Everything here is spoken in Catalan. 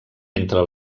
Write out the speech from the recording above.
entre